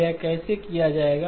तो यह कैसे किया जाएगा